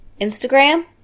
Instagram